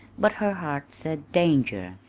but her heart said danger,